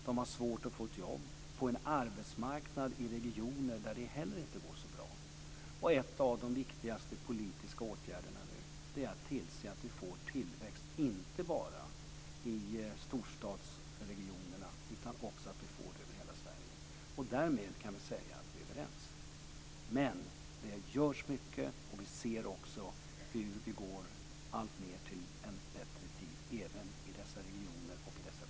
De har svårt att få ett jobb på en arbetsmarknad i regioner där det inte heller går så bra. En av de viktigaste politiska åtgärderna nu är att tillse att vi får tillväxt inte bara i storstadsregionerna utan över hela Sverige. Därmed kan vi säga att vi är överens. Det görs mycket, och vi ser också hur vi alltmer går mot en bättre tid, även i dessa regioner och dessa kommuner.